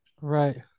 Right